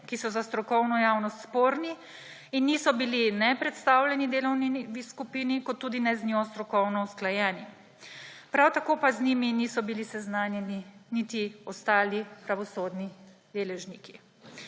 ki so za strokovno javnost sporni in niso bili predstavljeni delovni skupini ter tudi ne z njo strokovno usklajeni, prav tako pa z njimi niso bili seznanjeni niti ostali pravosodni deležniki.